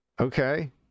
Okay